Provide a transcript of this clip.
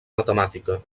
matemàtica